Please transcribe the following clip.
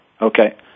Okay